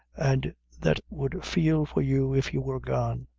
and that would feel for you if you were gone.